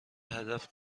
هدف